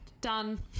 done